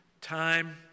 Time